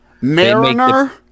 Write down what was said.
mariner